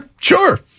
sure